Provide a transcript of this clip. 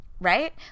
right